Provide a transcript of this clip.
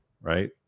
right